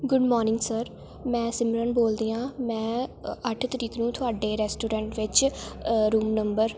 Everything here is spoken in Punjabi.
ਗੁੱਡ ਮੋਰਨਿੰਗ ਸਰ ਮੈਂ ਸਿਮਰਨ ਬੋਲਦੀ ਹਾਂ ਮੈਂ ਅ ਅੱਠ ਤਰੀਕ ਨੂੰ ਤੁਹਾਡੇ ਰੈਸਟਰੋਰੈਂਟ ਵਿੱਚ ਰੂਮ ਨੰਬਰ